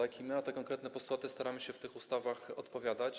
I my na te konkretne postulaty staramy się w tych ustawach odpowiadać.